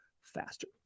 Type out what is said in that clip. faster